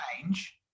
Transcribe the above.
change